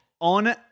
on